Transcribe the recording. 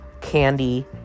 Candy